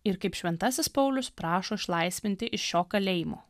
ir kaip šventasis paulius prašo išlaisvinti iš šio kalėjimo